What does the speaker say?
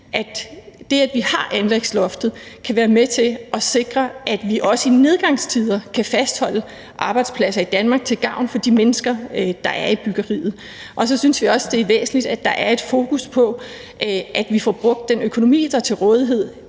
at det, at vi har anlægsloftet, kan være med til at sikre, at vi også i nedgangstider kan fastholde arbejdspladser i Danmark til gavn for de mennesker, der er i byggeriet. Og så synes vi også, at det er væsentligt, at der er et fokus på, at vi får brugt den økonomi, der er til rådighed,